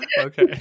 okay